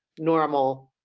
normal